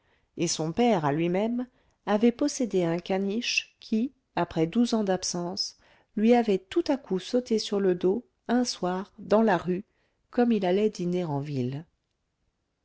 et son père à lui-même avait possédé un caniche qui après douze ans d'absence lui avait tout à coup sauté sur le dos un soir dans la rue comme il allait dîner en ville